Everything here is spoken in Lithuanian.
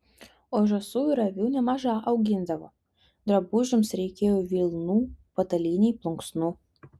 o žąsų ir avių nemaža augindavo drabužiams reikėjo vilnų patalynei plunksnų